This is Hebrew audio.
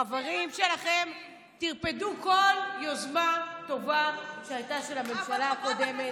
חברים שלכם טרפדו כל יוזמה טובה של הממשלה הקודמת.